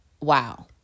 wow